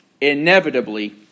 inevitably